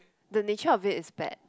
the nature of it is bad